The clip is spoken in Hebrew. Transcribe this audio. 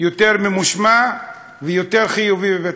יותר ממושמע ויותר חיובי בבית-הספר.